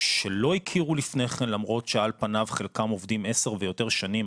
שלא הכירו לפני כן למרות שעל פניו חלקם עובדים עשר ויותר שנים.